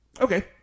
Okay